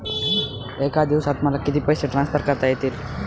एका दिवसात मला किती पैसे ट्रान्सफर करता येतील?